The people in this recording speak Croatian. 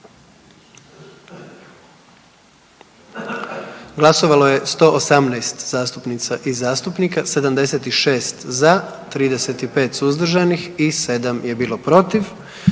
Glasovalo je 124 zastupnika i zastupnica, 117 za, 7 suzdržanih te je na taj